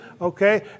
okay